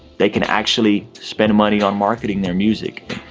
they can actually spend money on marketing their music.